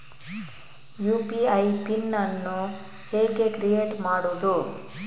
UPI pin ಅನ್ನು ಹೇಗೆ create ಮಾಡುದು?